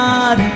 God